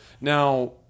Now